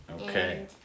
Okay